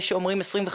יש אומרים 25,